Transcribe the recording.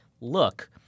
look